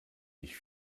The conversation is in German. ich